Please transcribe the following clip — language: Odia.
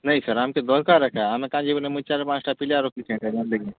ନାଇଁ ସାର୍ ଆମକେ ଦରକାର୍ ଏକା ଆମେ କାଇଁଯେ ମୁଇଁ ଚାର୍ ପାଞ୍ଚଟା ପିଲା ରଖିଛେଁ